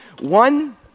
One